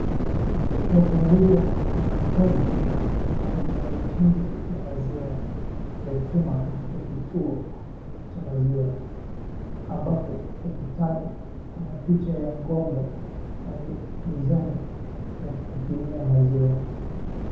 Watu wawili wanafanya kazi karibu na mitungi ya maziwa ya chuma katika kituo cha maziwa ambapao ukutani kuna picha ya ng'ombe na mizani ya kupimia maziwa.